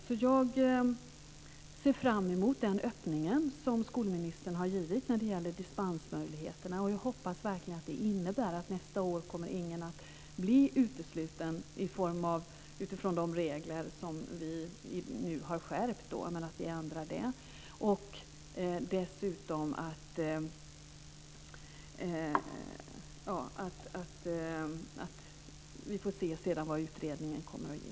Jag ser därför fram emot den öppning som skolministern har gett när det gäller dispensmöjligheterna. Och jag hoppas verkligen att det innebär att ingen kommer att bli utesluten nästa år utifrån de regler som vi nu har skärpt men som vi ändrar. Sedan får vi se vad utredningen kommer att ge.